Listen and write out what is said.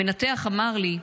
המנתח אמר לי: